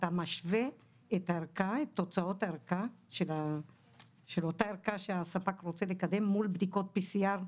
משווה את תוצאות הערכה של אותה ערכה שהספק רוצה לקדם מול בדיקות PCR,